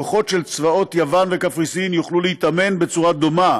כוחות של צבאות יוון וקפריסין יוכלו להתאמן בצורה דומה: